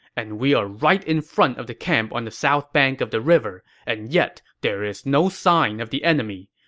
and we're right in front of the camp on the south bank of the river and yet there is no sign of the enemy.